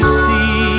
see